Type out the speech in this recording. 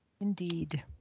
Indeed